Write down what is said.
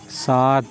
سات